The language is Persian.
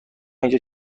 اینجا